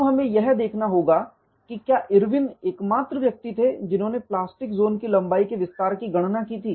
अब हमें यह देखना होगा कि क्या इरविन एकमात्र व्यक्ति थे जिन्होंने प्लास्टिक ज़ोन की लंबाई के विस्तार की गणना की थी